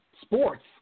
sports